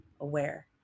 aware